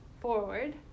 forward